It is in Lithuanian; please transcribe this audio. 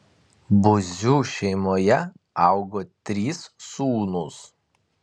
buzių šeimoje augo trys sūnūs